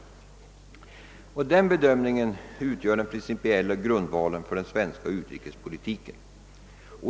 Denna bedömning utgör den principiella grundvalen för den svenska utrikespolitiken.